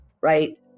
Right